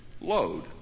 load